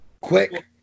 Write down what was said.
quick